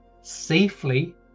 safely